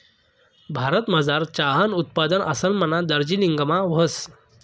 भारतमझार चहानं उत्पादन आसामना दार्जिलिंगमा व्हस